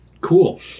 Cool